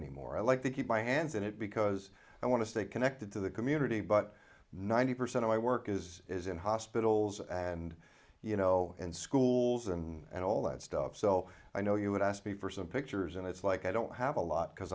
anymore i like to keep my hands in it because i want to stay connected to the community but ninety percent of my work is is in hospitals and you know and schools and all that stuff so i know you would ask me for some pictures and it's like i don't have a lot because